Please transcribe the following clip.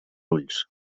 ulls